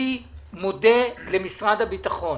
אני מודה למשרד הביטחון,